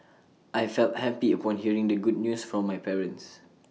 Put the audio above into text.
I felt happy upon hearing the good news from my parents